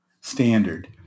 standard